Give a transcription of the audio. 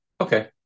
Okay